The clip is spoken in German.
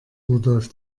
rudolf